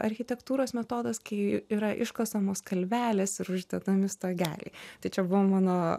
architektūros metodas kai yra iškasamos kalvelės ir uždedami stogeliai tai čia buvo mano